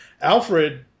Alfred